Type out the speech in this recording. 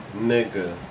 Nigga